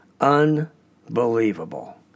Unbelievable